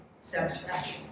satisfaction